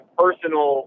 personal